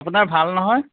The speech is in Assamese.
আপোনাৰ ভাল নহয়